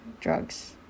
drugs